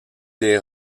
des